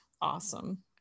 awesome